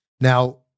Now